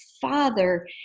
father